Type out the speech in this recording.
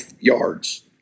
yards